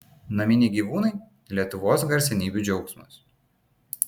naminiai gyvūnai lietuvos garsenybių džiaugsmas